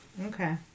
Okay